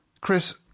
Chris